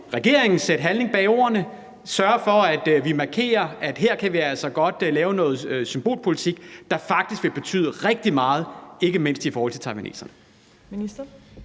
regeringen sætte handling bag ordene og sørge for, at vi markerer, at her kan vi altså godt lave noget symbolpolitik, der faktisk vil betyde rigtig meget, ikke mindst i forhold til taiwanerne?